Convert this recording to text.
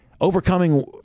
overcoming